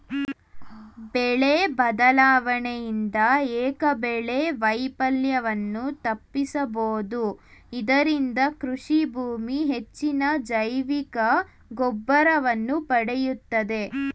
ಬೆಳೆ ಬದಲಾವಣೆಯಿಂದ ಏಕಬೆಳೆ ವೈಫಲ್ಯವನ್ನು ತಪ್ಪಿಸಬೋದು ಇದರಿಂದ ಕೃಷಿಭೂಮಿ ಹೆಚ್ಚಿನ ಜೈವಿಕಗೊಬ್ಬರವನ್ನು ಪಡೆಯುತ್ತದೆ